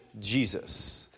Jesus